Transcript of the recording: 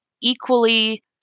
equally